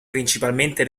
principalmente